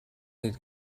had